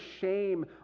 shame